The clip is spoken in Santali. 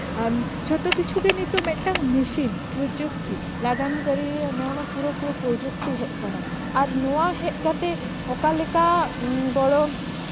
ᱟᱢ ᱡᱷᱚᱚᱛᱚ ᱠᱤᱪᱷᱩ ᱜᱮ ᱱᱤᱛᱚᱜ ᱢᱤᱫᱴᱟᱝ ᱢᱮᱥᱤᱱ ᱯᱨᱚᱡᱩᱠᱛᱤ ᱞᱟᱜᱟᱱ ᱠᱟ ᱨᱤ ᱱᱚᱜᱼᱱᱟ ᱯᱩᱨᱟᱹ ᱯᱩᱨᱤ ᱯᱨᱚᱡᱩᱠᱛᱤ ᱦᱮᱡ ᱠᱟᱱᱟ ᱟᱨ ᱱᱚᱣᱟ ᱦᱮᱡ ᱠᱟᱛᱮᱜ ᱚᱠᱟ ᱞᱮᱠᱟ ᱜᱚᱲᱚ